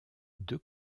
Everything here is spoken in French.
deux